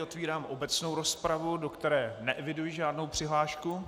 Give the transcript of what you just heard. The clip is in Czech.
Otvírám obecnou rozpravu, do které neeviduji žádnou přihlášku.